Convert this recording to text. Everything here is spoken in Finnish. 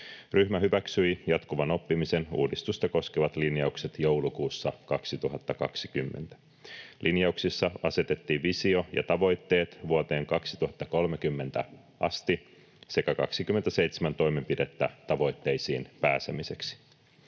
Ryhmä hyväksyi jatkuvan oppimisen uudistusta koskevat linjaukset joulukuussa 2020. Linjauksissa asetettiin visio ja tavoitteet vuoteen 2030 asti sekä 27 toimenpidettä tavoitteisiin pääsemiseksi.